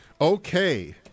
Okay